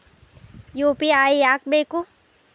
UPI ಯಾಕ್ ಬೇಕು?